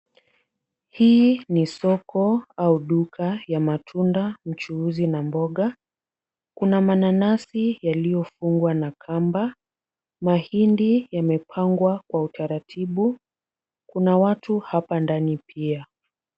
Hii ni soko au duka ya matunda, mchuuzi na mboga. Kuna mananasi yaliyofungwa na kamba, mahindi yamepangwa kwa utaratibu. Kuna watu hapa ndani pia.